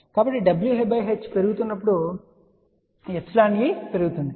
కాబట్టి w h పెరుగుతున్నప్పుడు εe పెరుగుతుంది